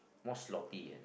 more sloppy ah I think